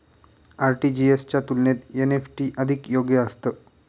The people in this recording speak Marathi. आर.टी.जी.एस च्या तुलनेत एन.ई.एफ.टी अधिक योग्य असतं